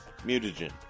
mutagen